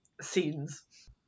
scenes